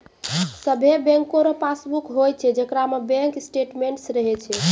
सभे बैंको रो पासबुक होय छै जेकरा में बैंक स्टेटमेंट्स रहै छै